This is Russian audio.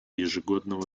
ежегодного